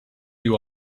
you